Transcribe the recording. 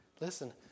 Listen